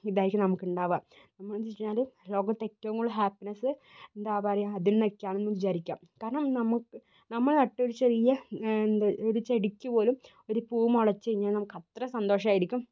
ഇതായിരിക്കും നമുക്ക് ഉണ്ടാവുക കാരണം എന്തെന്ന് വച്ച് കഴിഞ്ഞാല് ലോകത്ത് ഏറ്റവും കൂടുതൽ ഹാപ്പിനസ് എന്താ പറയുക അതിൽ നിന്നൊക്കെ ആണെന്ന് വിചാരിക്കാം കാരണം നമുക്ക് നമ്മള് നട്ടു ഒരു ചെറിയ എന്താ ചെടിക്കു പോലും ഒരു പൂ മുളച്ച് കഴിഞ്ഞാൽ നമുക്ക് അത്ര സന്തോഷമായിരിക്കും